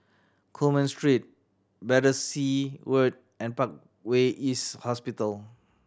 Coleman Street Battersea Road and Parkway East Hospital